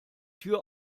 tür